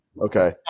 Okay